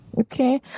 okay